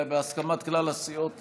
בהסכמת כלל הסיעות,